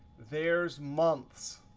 there's months.